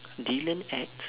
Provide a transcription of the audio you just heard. dylan acts